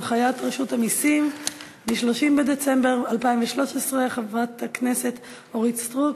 הנחיית רשות המסים מ-30 בדצמבר 2013. חברת הכנסת אורית סטרוק,